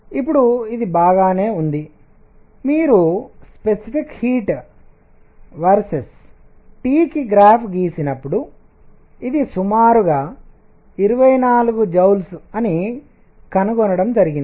ఇప్పుడు ఇది బాగానే ఉంది మీరు స్పెసిఫిక్ హీట్ T కి గ్రాఫ్ గీసినప్పుడు ఇది సుమారుగా 24 జౌల్స్ అని కనుగొనడం జరిగింది